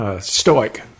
Stoic